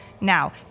now